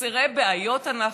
וחסרי בעיות אנחנו?